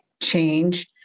change